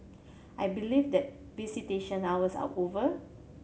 I believe that visitation hours are over